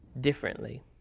differently